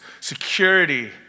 security